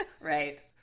right